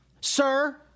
sir